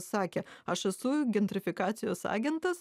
sakė aš esu gentrifikacijos agentas